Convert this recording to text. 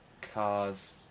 cars